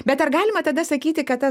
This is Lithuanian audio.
bet ar galima tada sakyti kad ta